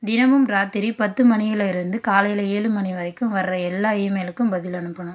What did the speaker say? தினமும் ராத்திரி பத்து மணியில் இருந்து காலையில் ஏழு மணி வரைக்கும் வர்ற எல்லா இமெயிலுக்கும் பதில் அனுப்பணும்